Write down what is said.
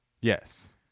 Yes